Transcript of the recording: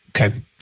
Okay